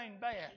bad